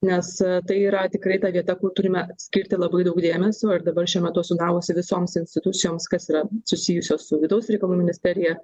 nes tai yra tikrai ta vieta kur turime skirti labai daug dėmesio ir dabar šiuo metu esu davusi visoms institucijoms kas yra susijusios su vidaus reikalų ministerija